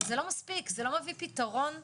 זה לא מספיק, זה לא מביא פתרון לבעיה.